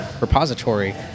repository